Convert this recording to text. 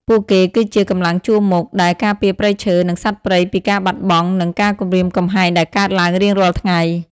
ពួកគេគឺជា កម្លាំងជួរមុខ ដែលការពារព្រៃឈើ និងសត្វព្រៃពីការបាត់បង់ និងការគំរាមកំហែងដែលកើតឡើងរៀងរាល់ថ្ងៃ។